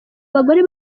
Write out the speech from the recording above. abagore